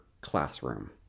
classroom